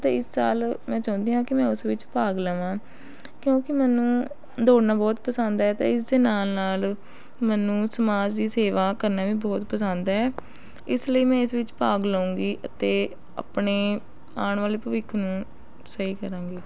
ਅਤੇ ਇਸ ਸਾਲ ਮੈਂ ਚਾਹੁੰਦੀ ਹਾਂ ਕਿ ਉਸ ਵਿੱਚ ਭਾਗ ਲਵਾਂ ਕਿਉਂਕਿ ਮੈਨੂੰ ਦੌੜਨਾ ਬਹੁਤ ਪਸੰਦ ਹੈ ਅਤੇ ਇਸ ਦੇ ਨਾਲ ਨਾਲ ਮੈਨੂੰ ਸਮਾਜ ਦੀ ਸੇਵਾ ਕਰਨੀ ਵੀ ਬਹੁਤ ਪਸੰਦ ਹੈ ਇਸ ਲਈ ਮੈਂ ਇਸ ਵਿੱਚ ਭਾਗ ਲਊਂਗੀ ਅਤੇ ਆਪਣੇ ਆਣ ਵਾਲੇ ਭਵਿੱਖ ਨੂੰ ਸਹੀ ਕਰਾਂਗੀ